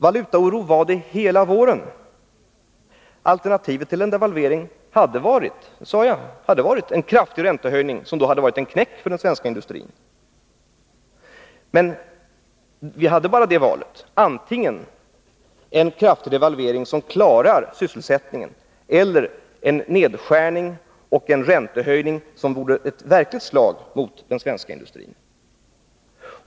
Valutaoro var det hela våren. Alternativet till en devalvering hade varit — det sade jag — en kraftig räntehöjning, som då hade blivit knäcken för den svenska industrin. Vi hade bara det valet: antingen en kraftig devalvering som klarar sysselsättningen eller en nedskärning och en räntehöjning som vore ett verkligt slag mot den svenska industrin.